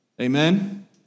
Amen